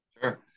Sure